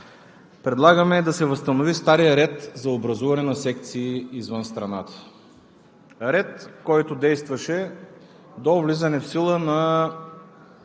Предлагаме да се възстанови старият ред за образуване на секции извън страната. Ред, който действаше до влизането в сила на